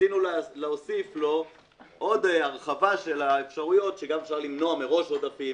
רצינו להוסיף לו עוד הרחבה של האפשרויות שגם אפשר למנוע מראש עודפים,